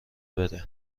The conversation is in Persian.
بره